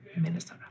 Minnesota